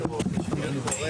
הישיבה ננעלה בשעה